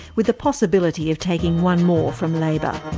with the possibility of taking one more from labor.